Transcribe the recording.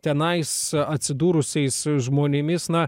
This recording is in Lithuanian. tenais atsidūrusiais žmonėmis na